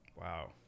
Wow